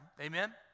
Amen